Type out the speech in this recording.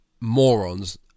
morons